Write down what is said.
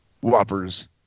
Whoppers